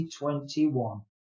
2021